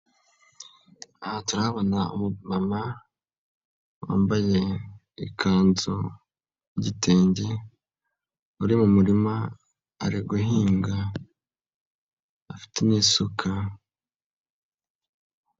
Aha turabona umumama, wambaye ikanzu y'igitenge, uri mu murima ari guhinga, afite n'isuka.